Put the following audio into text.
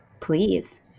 Please